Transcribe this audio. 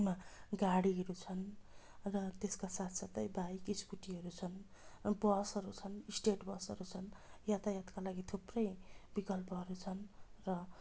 मा गाडीहरू छन् त्यसका साथ साथै बाइक स्कुटीहरू छन् बसहरू छन् स्टेट बसहरू छन् यातायातका लागि थुप्रै विकल्पहरू छन् र